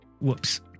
Whoops